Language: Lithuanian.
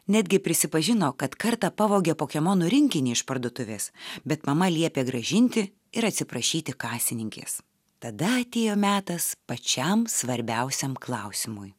netgi prisipažino kad kartą pavogė pokemonų rinkinį iš parduotuvės bet mama liepė grąžinti ir atsiprašyti kasininkės tada atėjo metas pačiam svarbiausiam klausimui